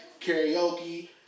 karaoke